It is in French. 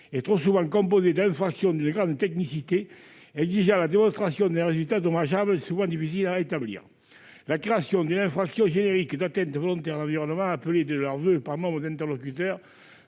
est trop souvent composée d'infractions d'une grande technicité exigeant la démonstration d'un résultat dommageable souvent difficile à établir. La création d'une infraction générique d'atteinte volontaire à l'environnement, appelée de leurs voeux par nombre d'interlocuteurs,